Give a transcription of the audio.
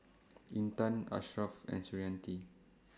Intan Ashraf and Suriati